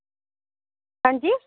हंजी